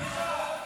אין בושה,